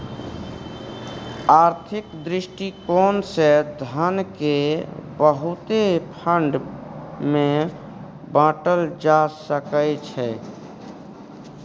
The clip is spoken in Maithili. आर्थिक दृष्टिकोण से धन केँ बहुते फंड मे बाटल जा सकइ छै